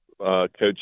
Coach